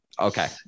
Okay